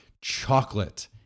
chocolate